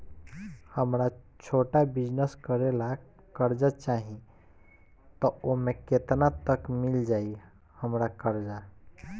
हमरा छोटा बिजनेस करे ला कर्जा चाहि त ओमे केतना तक मिल जायी हमरा कर्जा?